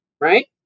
right